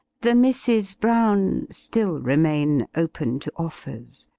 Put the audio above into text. the misses brown still remain open to offers,